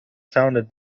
founded